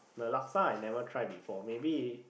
the Laksa I never tried before maybe